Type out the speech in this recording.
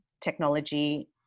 technology